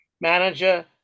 manager